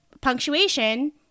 punctuation